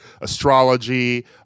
astrology